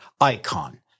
icon